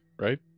right